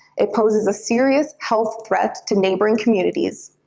it poses a serious health threat to neighboring communities,